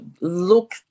look